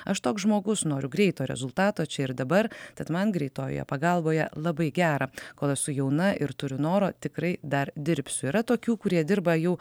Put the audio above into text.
aš toks žmogus noriu greito rezultato čia ir dabar tad man greitojoje pagalboje labai gera kol esu jauna ir turiu noro tikrai dar dirbsiu yra tokių kurie dirba jau